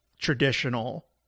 traditional